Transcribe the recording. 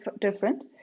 different